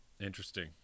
Interesting